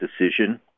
decision